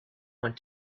want